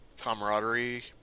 camaraderie